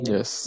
Yes